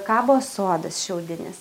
kabo sodas šiaudinis